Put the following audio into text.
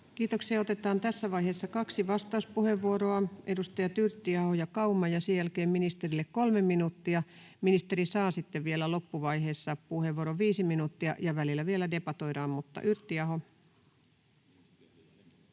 Kiitoksia. — Otetaan tässä vaiheessa kaksi vastauspuheenvuoroa, edustajat Yrttiaho ja Kauma, ja sen jälkeen ministerille kolme minuuttia. Ministeri saa sitten vielä loppuvaiheessa puheenvuoron, viisi minuuttia, ja välillä vielä debatoidaan. — Mutta Yrttiaho.